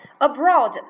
Abroad